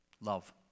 love